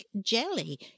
jelly